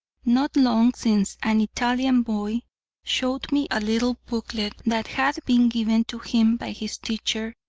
not long since an italian boy showed me a little booklet that had been given to him by his teacher,